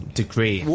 degree